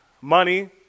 money